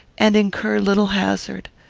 and incur little hazard.